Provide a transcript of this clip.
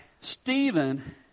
Stephen